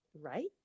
right